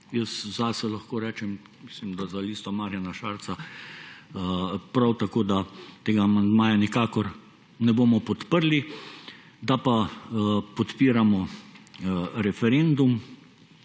zase lahko rečem, mislim, da za Listo Marjana Šarca prav tako, da tega amandmaja nikakor ne bomo podprli, da pa podpiramo referendum,